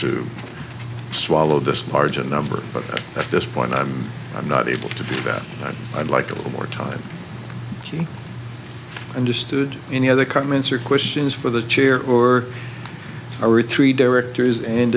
to swallow this large a number but at this point i'm not able to be that i'd like a little more time he understood any other comments or questions for the chair or or three directors and